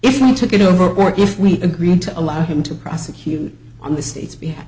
if i took it over or if we agreed to allow him to prosecute on the state's